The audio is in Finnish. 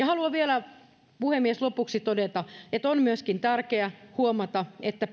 haluan vielä puhemies lopuksi todeta että on myöskin tärkeää huomata että